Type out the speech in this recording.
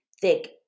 thick